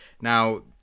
now